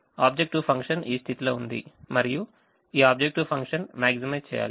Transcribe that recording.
objective function ఈ స్థితిలో ఉంది మరియు ఈ ఆబ్జెక్టివ్ ఫంక్షన్ maximize చేయాలి